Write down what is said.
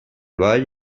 ball